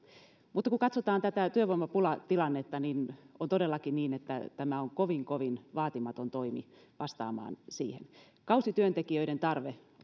mutta kun katsotaan tätä työvoimapulatilannetta niin on todellakin niin että tämä on kovin kovin vaatimaton toimi vastaamaan siihen kausityöntekijöiden tarve